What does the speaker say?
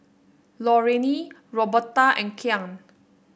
Lorraine Roberta and Kyan